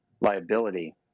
liability